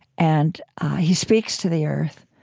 and he speaks to the earth